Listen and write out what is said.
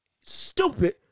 stupid